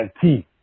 teeth